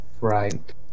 Right